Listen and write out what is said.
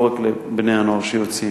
לא רק לבני-הנוער שיוצאים.